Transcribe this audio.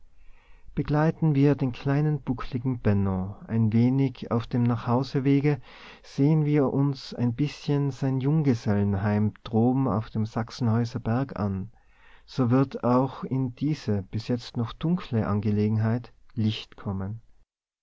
begleiten wir den kleinen buckeligen benno ein wenig auf dem nachhausewege sehen wir uns ein bißchen sein junggesellenheim droben auf dem sachsenhäuser berg an so wird auch in diese bis jetzt noch dunkle angelegenheit licht kommen